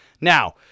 Now